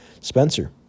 Spencer